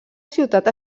ciutat